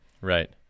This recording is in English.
Right